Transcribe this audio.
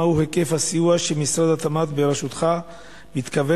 מהו היקף הסיוע שמשרד התמ"ת בראשותך מתכוון